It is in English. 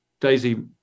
Daisy